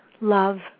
love